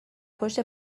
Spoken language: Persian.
پشت